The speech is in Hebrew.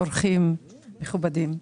אורחים מכובדים.